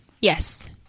yes